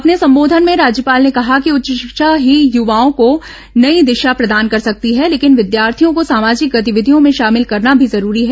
अपने संबोधन में राज्यपाल ने कहा कि उच्च शिक्षा ही युवाओं को नई दिशा प्रदान कर सकती है लेकिन विद्यार्थियों को सामाजिक गतिविधियों में शामिल करना भी जरूरी है